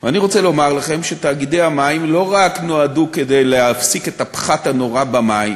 אני רוצה לומר לכם שתאגידי המים לא רק נועדו להפסיק את הפחת הנורא במים